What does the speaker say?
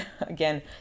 again